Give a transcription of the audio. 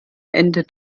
ende